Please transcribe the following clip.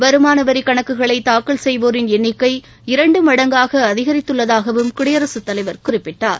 வருமான வரிக் கணக்குகளை தாக்கல் செய்வோரின் எண்ணிக்கை இரண்டு மடங்காக அதிகரித்துள்ளதாகவும் குடியரசுத் தலைவர் குறிப்பிட்டார்